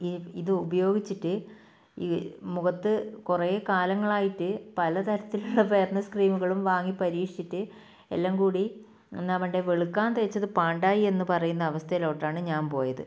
ഇത് ഉപയോഗിച്ചിട്ട് ഈ മുഖത്ത് കുറേ കാലങ്ങളായിട്ട് പല തരത്തിലുള്ള ഫെയർനെസ് ക്രീമുകളും വാങ്ങി പരീക്ഷിച്ചിട്ട് എല്ലാം കൂടി എന്താ വേണ്ടത് വെളുക്കാൻ തേച്ചത് പാണ്ടായി എന്ന് പറയുന്ന അവസ്ഥേയിലോട്ടാണ് ഞാൻ പോയത്